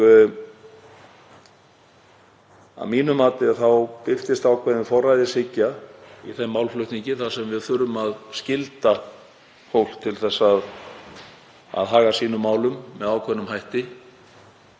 að mínu mati birtist ákveðin forræðishyggja í þeim málflutningi þar sem við þurfum að skylda fólk til að haga málum sínum með ákveðnum hætti,